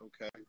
Okay